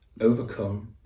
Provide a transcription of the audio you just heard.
overcome